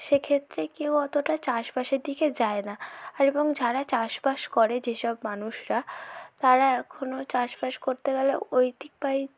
সেক্ষেত্রে কেউ অতটা চাষবাসের দিকে যায় না এবং যারা চাষবাস করে যেসব মানুষরা তারা এখনও চাষবাস করতে গেলে ঐতিবাই